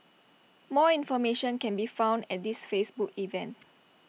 more information can be found at this Facebook event